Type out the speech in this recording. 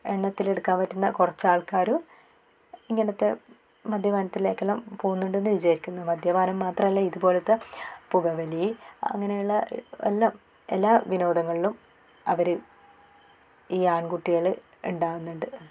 എണ്ണത്തിൽ എടുക്കാൻ പറ്റുന്ന കുറച്ച് ആൾക്കാരും ഇങ്ങനത്തെ മദ്യപാനത്തിലേക്കെല്ലാം പോകുന്നുണ്ടെന്ന് വിചാരിക്കുന്നു മദ്യപാനം മാത്രമല്ല ഇതുപോലത്തെ പുകവലി അങ്ങനെയുള്ള എല്ലാം എല്ലാ വിനോദങ്ങളിലും അവർ ഈ ആൺകുട്ടികൾ ഉണ്ടാവുന്നുണ്ട്